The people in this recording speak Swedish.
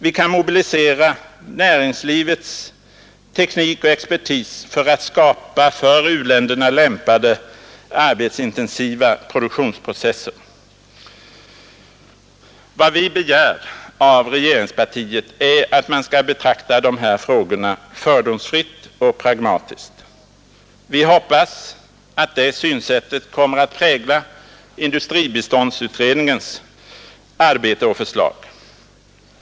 Vi kan mobilisera näringslivets teknik och expertis för att skapa för u-länder lämpade arbetsintensiva produktionsprocesser. Vad vi begär av regeringspartiet är att man skall betrakta de här frågorna fördomsfritt och pragmatiskt. Vi hoppas att det synsättet kommer att prägla industribiståndsutredningens arbete och förslag.